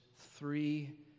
three